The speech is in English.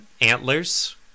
antlers